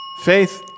Faith